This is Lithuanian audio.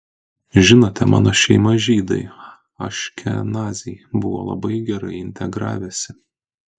žinote mano šeima žydai aškenaziai buvo labai gerai integravęsi